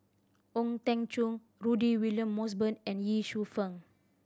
Ong Teng Cheong Rudy William Mosbergen and Ye Shufang